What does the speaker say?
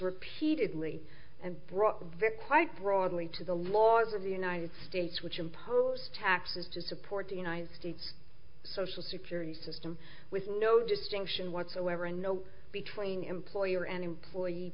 very quite broadly to the laws of the united states which impose taxes to support the united states social security system with no distinction whatsoever and no between employer and employee